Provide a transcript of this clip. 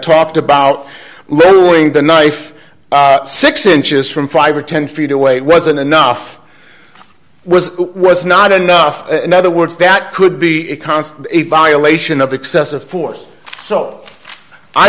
talked about looing the knife six inches from five or ten feet away it wasn't enough was was not enough in other words that could be a constant violation of excessive force so i